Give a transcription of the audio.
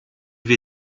wir